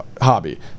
hobby